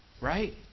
Right